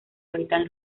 habitan